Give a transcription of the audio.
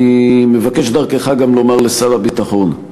אני מבקש דרכך גם לומר לשר הביטחון: